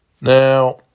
Now